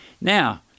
Now